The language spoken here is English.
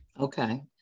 okay